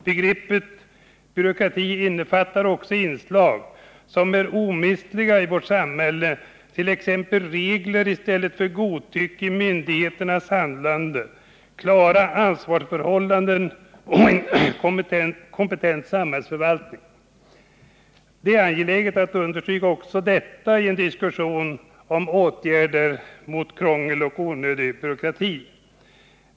Det innefattar också inslag som är omistliga i vårt samhälle, t.ex. regler i stället för godtycke i myndigheternas handlande, klara ansvarsförhållanden och en kompetent samhällsförvaltning. Det är angeläget att också understryka detta i en diskussion om åtgärder mot krångel och onödig byråkrati.